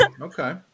Okay